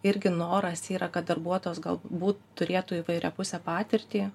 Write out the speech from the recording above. irgi noras yra kad darbuotojas galbūt turėtų įvairiapusę patirtį